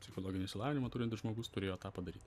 psichologinį išsilavinimą turintis žmogus turėjo tą padaryt